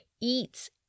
eats